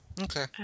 Okay